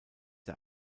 der